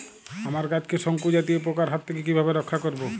আমার গাছকে শঙ্কু জাতীয় পোকার হাত থেকে কিভাবে রক্ষা করব?